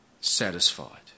satisfied